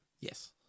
Yes